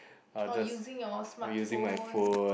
or using your smartphone